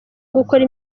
gukora